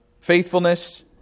faithfulness